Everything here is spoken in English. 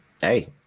hey